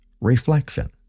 reflection